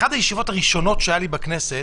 אחת הישיבות הראשונות שהיו לי בכנסת